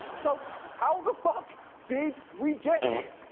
so how the fuck did we get here?